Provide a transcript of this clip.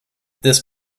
this